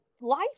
life